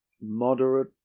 Moderate